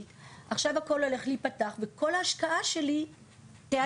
עכשיו הכול הולך להיפתח וכל ההשקעה שלי תיעלם.